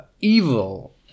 evil